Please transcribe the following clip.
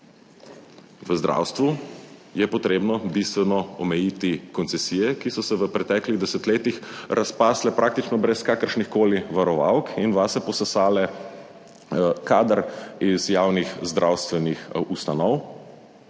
V zdravstvu je potrebno bistveno omejiti koncesije, ki so se v preteklih desetletjih razpasle praktično brez kakršnihkoli varovalk in vase posesale kader iz javnih zdravstvenih ustanov,